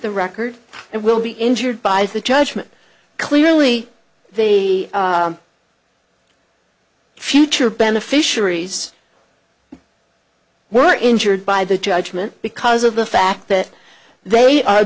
the records and will be injured by the judgment clearly the future beneficiaries were injured by the judgment because of the fact that they are